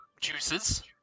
juices